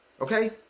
Okay